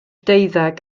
deuddeg